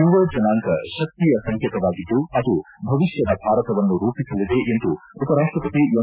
ಯುವ ಜನಾಂಗ ಶಕ್ತಿಯ ಸಂಕೇತವಾಗಿದ್ದು ಅದು ಭವಿಷ್ಣದ ಭಾರತವನ್ನು ರೂಪಿಸಲಿದೆ ಎಂದು ಉಪರಾಷ್ಟಪತಿ ಎಂ